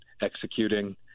executing